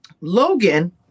Logan